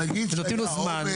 ונותנים לו זמן.